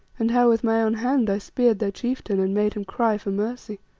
and how with my own hand i speared their chieftain and made him cry for mercy.